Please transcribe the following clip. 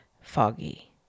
foggy